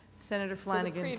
senator flanagan.